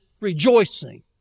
rejoicing